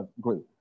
great